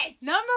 Number